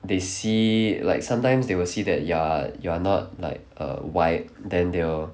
they see like sometimes they will see that you are you are not like err white then they will